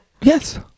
Yes